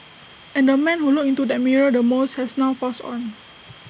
and the man who looked into that mirror the most has now passed on